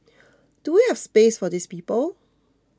do we have space for these people